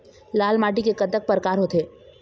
लाल माटी के कतक परकार होथे?